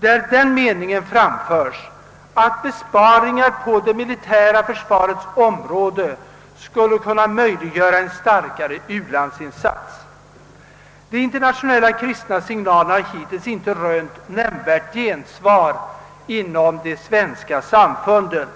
där den meningen framförs att besparingar på det militära försvarets område skulle kunna möjliggöra en större u-landsinsats. De internationella kristna signalerna har hittills inte rönt nämnvärt gensvar inom de svenska samfunden.